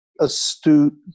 astute